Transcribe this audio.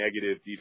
negative